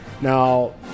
Now